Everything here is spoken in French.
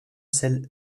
celle